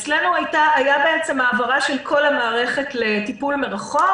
אצלנו הייתה העברה של כל המערכת לטיפול מרחוק.